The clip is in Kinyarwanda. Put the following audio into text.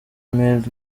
male